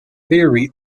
theory